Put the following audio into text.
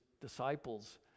disciples